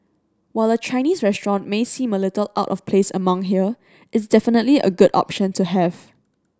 while a Chinese restaurant may seem a little out of place among here it's definitely good option to have